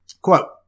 quote